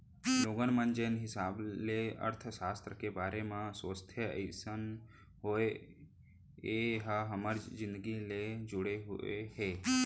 लोगन मन जेन हिसाब ले अर्थसास्त्र के बारे म सोचथे अइसन नो हय ए ह हमर जिनगी ले जुड़े हुए हे